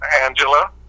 Angela